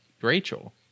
Rachel